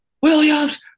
Williams